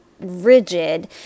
rigid